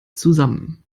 zusammen